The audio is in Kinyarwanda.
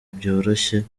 byoroshye